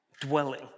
dwelling